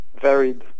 varied